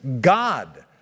God